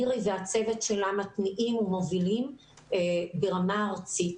מירי והצוות שלה מטמיעים ומובילים ברמה ארצית.